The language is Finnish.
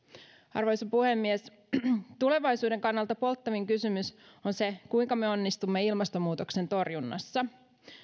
arvoisa puhemies tulevaisuuden kannalta polttavin kysymys on se kuinka me onnistumme ilmastonmuutoksen torjunnassa